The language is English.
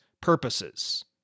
purposes